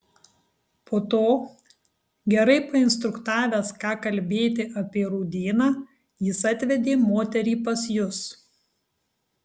po to gerai painstruktavęs ką kalbėti apie rūdyną jis atvedė moterį pas jus